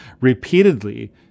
repeatedly